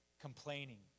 Complaining